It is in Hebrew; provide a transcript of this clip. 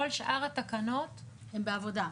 כל שאר התקנות הן בעבודה.